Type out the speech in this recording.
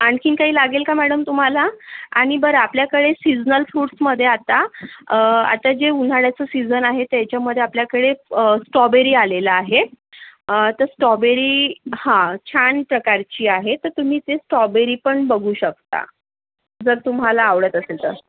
आणखीन काही लागेल का मॅडम तुम्हाला आणि बरं आपल्याकडे सीझनल फ्रुट्समध्ये आत्ता आता जे उन्हाळ्याचं सीझन आहे त्याच्यामध्ये आपल्याकडे स्टॉबेरी आलेलं आहे तर स्टॉबेरी हां छान प्रकारची आहे तर तुम्ही ते स्टॉबेरी पण बघू शकता जर तुम्हाला आवडत असेल तर